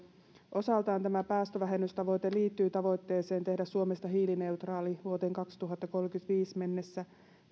osaltaan tämä päästövähennystavoite liittyy tavoitteeseen tehdä suomesta hiilineutraali vuoteen kaksituhattakolmekymmentäviisi mennessä